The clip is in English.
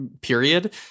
period